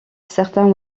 certains